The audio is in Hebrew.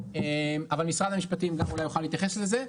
אבל משרד המשפטים אולי יוכל להתייחס לזה.